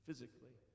Physically